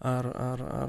ar ar